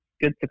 good